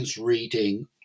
reading